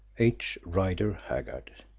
h. rider haggard